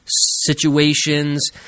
situations